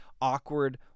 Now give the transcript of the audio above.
awkward